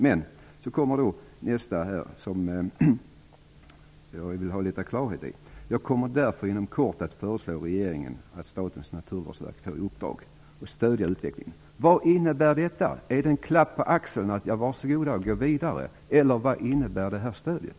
Men så kommer en sak som jag vill ha litet klarhet i. Miljöministern säger: "Jag kommer därför inom kort att föreslå regeringen att Statens naturvårdsverk får i uppdrag att stödja utvecklingen". Vad innebär detta? Är det en klapp på axeln att var så goda och gå vidare? Eller vad innebär det här stödet?